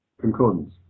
Concordance